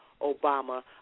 Obama